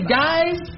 guys